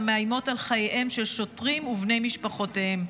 מאיימות על חייהם של שוטרים ובני משפחותיהם.